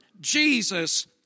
Jesus